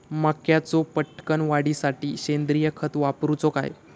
मक्याचो पटकन वाढीसाठी सेंद्रिय खत वापरूचो काय?